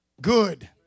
good